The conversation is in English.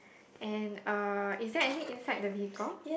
and uh is there any inside the vehicle